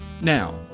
Now